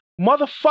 Motherfucker